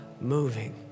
moving